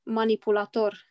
manipulator